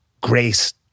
grace